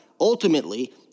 ultimately